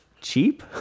cheap